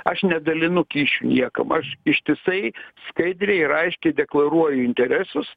aš nedalinu kyšių niekam aš ištisai skaidriai ir aiškiai deklaruoju interesus